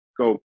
go